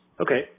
Okay